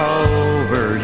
over